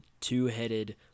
two-headed